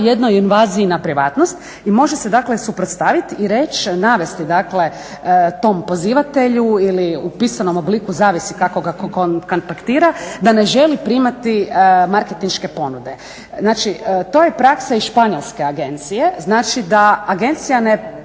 jednoj invaziji na privatnost i može se suprotstaviti i navesti tom pozivatelju ili u pisanom obliku zavisi kako ga kontaktira, da ne želi primati marketinške ponude. Znači to je praksa iz španjolske agencije, znači da agencija ne